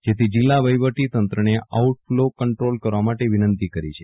જેથી જિલ્લા વહીવટી તંત્રને આઉટ ફ્લો કન્ટ્રોલ કરવા માટે વિનંતિ કરી છે